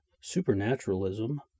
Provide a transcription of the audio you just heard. Supernaturalism